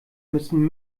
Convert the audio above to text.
müssen